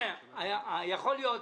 יכול להיות,